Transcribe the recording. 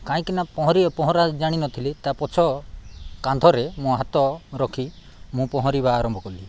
କାହିଁକିନା ପହଁରା ଜାଣିନଥିଲି ତା' ପଛ କାନ୍ଧରେ ମୋ ହାତ ରଖି ମୁଁ ପହଁରିବା ଆରମ୍ଭ କଲି